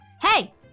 Hey